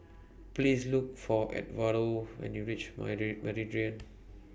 Please Look For Edwardo when YOU REACH Meridian